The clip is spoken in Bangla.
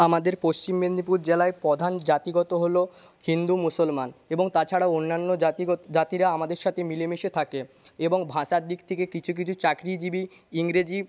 আমাদের পশ্চিম মেদিনীপুর জেলায় প্রধান জাতিগত হল হিন্দু মুসলমান এবং তাছাড়াও অন্যান্য জাতিগত জাতিরা আমাদের সাথে মিলেমিশে থাকে এবং ভাষার দিক থেকে কিছু কিছু চাকরিজীবী ইংরেজি